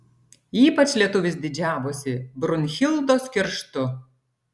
ypač lietuvis didžiavosi brunhildos kerštu